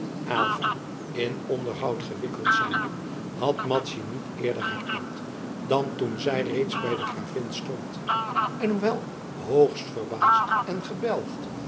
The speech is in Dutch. aylva in onderhoud gewikkeld zijnde had madzy niet eerder herkend dan toen zij reeds bij de gravin stond en hoewel hoogst verbaasd en gebelgd